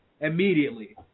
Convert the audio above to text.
Immediately